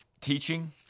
teaching